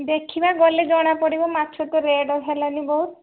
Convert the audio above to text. ଦେଖିବା ଗଲେ ଜଣାପଡ଼ିବ ମାଛ ତ ରେଟ୍ ହେଲାଣି ବହୁତ